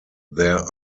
there